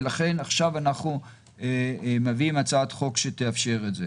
ולכן עכשיו אנחנו מביאים הצעת חוק שתאפשר את זה.